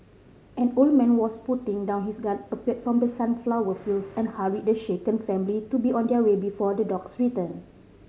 an old man was putting down his gun appeared from the sunflower fields and hurried the shaken family to be on their way before the dogs return